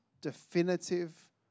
definitive